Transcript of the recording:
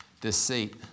deceit